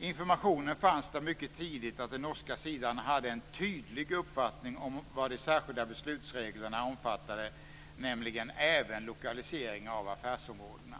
Informationen fanns där mycket tidigt att den norska sidan hade en tydlig uppfattning om vad de särskilda beslutsreglerna omfattade, nämligen även lokaliseringen av affärsområdena.